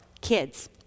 kids